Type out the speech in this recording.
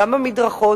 גם במדרכות,